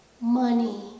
money